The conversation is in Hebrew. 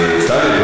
טלב,